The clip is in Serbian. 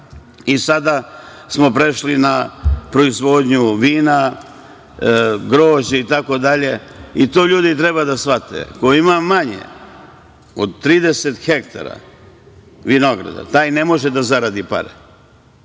i sada smo prešli na proizvodnju vina, grožđa itd. i to ljudi treba da shvate. Ko ima manje od 30 hektara vinograda, taj ne može da zaradi pare,